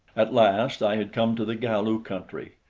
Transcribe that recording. at last i had come to the galu country.